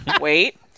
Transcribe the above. Wait